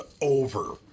over